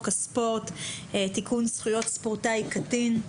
הספורט (תיקון - זכויות ספורטאי קטין).